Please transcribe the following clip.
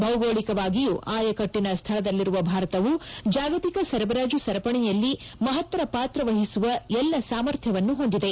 ಭೌಗೋಳಿಕವಾಗಿಯೂ ಆಯಕಟ್ಟನ ಸ್ವಳದಲ್ಲಿರುವ ಭಾರತವು ಜಾಗತಿಕ ಸರಬರಾಜು ಸರಪಣಿಯಲ್ಲಿ ಮಹತ್ತರ ಪಾತ್ರವಹಿಸುವ ಎಲ್ಲ ಸಾಮರ್ಥ್ಯವನ್ನು ಹೊಂದಿದೆ